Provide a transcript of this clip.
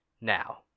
now